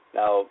now